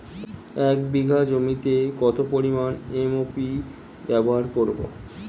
এক বিঘা জমিতে কত পরিমান এম.ও.পি ব্যবহার করব?